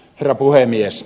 herra puhemies